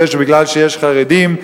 זה מפני שיש חרדים,